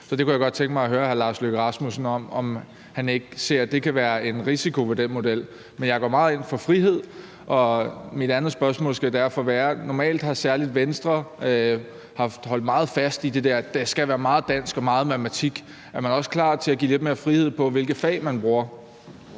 Så jeg kunne godt tænke mig at høre hr. Lars Løkke Rasmussen, om han ikke ser, at det kan være en risiko ved den model. Men jeg går meget ind for frihed, og mit andet spørgsmål skal derfor være: Normalt har særlig Venstre holdt meget fast i det der med, at der skal være meget dansk og matematik – er man også klar til at give lidt mere frihed, i forhold